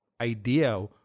idea